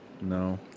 No